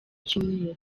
cyumweru